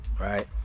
right